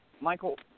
Michael